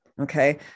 Okay